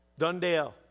Dundale